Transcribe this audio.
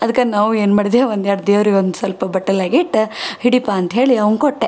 ಅದಕ್ಕೆ ನಾವು ಏನು ಮಾಡಿದೆ ಒಂದು ಎರಡು ದೇವ್ರಿಗೆ ಒಂದು ಸ್ವಲ್ಪ ಬಟ್ಟಲಾಗ ಇಟ್ಟು ಹಿಡಿಪಾ ಅಂಥೇಳಿ ಅವಂಗೆ ಕೊಟ್ಟೆ